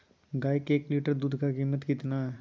गाय के एक लीटर दूध का कीमत कितना है?